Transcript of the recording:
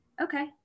Okay